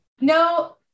No